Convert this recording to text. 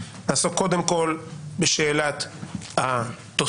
נעסוק קודם כל בשאלת התוספת,